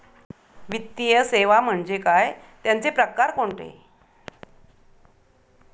वित्तीय सेवा म्हणजे काय? त्यांचे प्रकार कोणते?